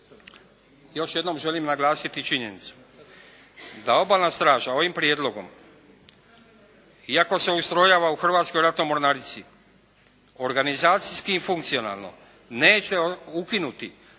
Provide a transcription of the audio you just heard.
još jednom želim naglasiti činjenicu da obalna straža ovim prijedlogom iako se ustrojava u Hrvatskoj ratnoj mornarici, organizacijski i funkcionalno neće ukinuti